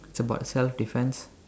it's about self defense